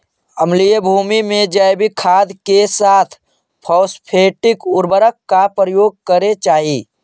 अम्लीय भूमि में जैविक खाद के साथ फॉस्फेटिक उर्वरक का प्रयोग करे चाही